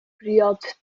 briod